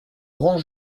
grand